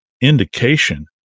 indication